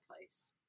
place